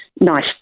nice